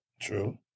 True